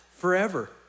Forever